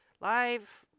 live